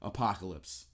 Apocalypse